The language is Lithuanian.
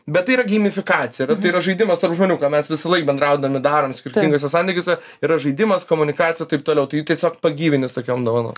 bet tai yra geimifikacija vat tai yra žaidimas tarp žmonių ką mes visąlaik bendraudami darom skirtinguose santykiuose yra žaidimas komunikacija taip toliau tai tiesiog pagyvini su tokiom dovanom